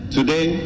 Today